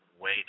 wait